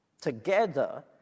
Together